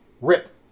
Rip